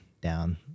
down